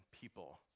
people